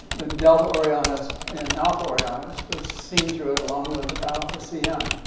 and delta orionis. and alpha orionis was seen through it along with alpha cm.